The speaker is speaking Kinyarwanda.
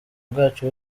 bwacu